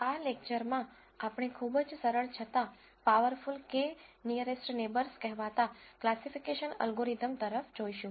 આ લેકચરમાં આપણે ખૂબ જ સરળ છતાં પાવરફુલ k નીઅરેસ્ટ નેબર્સકહેવાતા ક્લાસીફીકેશન અલ્ગોરિધમ તરફ જોઈશું